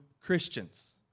Christians